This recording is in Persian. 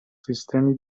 سیستمی